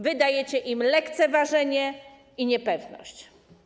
Wy dajecie im lekceważenie i niepewność.